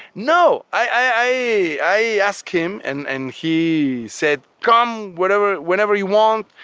no. i asked him and and he said come whenever whenever you want,